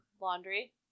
Laundry